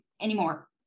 Anymore